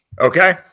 Okay